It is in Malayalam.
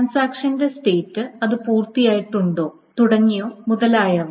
ട്രാൻസാക്ഷന്റെ സ്റ്റേറ്റ് അത് പൂർത്തിയായിട്ടുണ്ടോ തുടങ്ങിയോ മുതലായവ